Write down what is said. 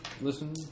listen